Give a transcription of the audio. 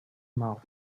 mouth